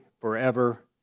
forever